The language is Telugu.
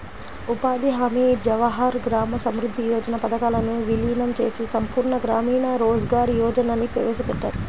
ఉపాధి హామీ, జవహర్ గ్రామ సమృద్ధి యోజన పథకాలను వీలీనం చేసి సంపూర్ణ గ్రామీణ రోజ్గార్ యోజనని ప్రవేశపెట్టారు